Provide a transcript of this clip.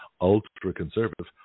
ultra-conservative